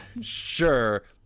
sure